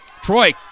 Troy